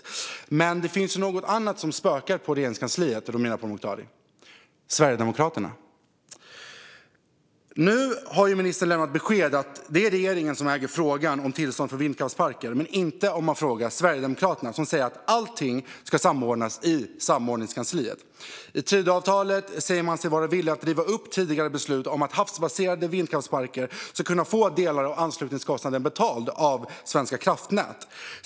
Men, Romina Pourmokhtari, det finns något annat som spökar i Regeringskansliet, nämligen Sverigedemokraterna. Nu har ministern lämnat besked om att det är regeringen som äger frågan om tillstånd för vindkraftsparker, men så är det inte om man frågar Sverigedemokraterna, som säger att allting ska samordnas i samordningskansliet. I Tidöavtalet säger man sig vara villig att riva upp tidigare beslut om att havsbaserade vindkraftsparker ska kunna få delar av anslutningskostnaden betald av Svenska kraftnät.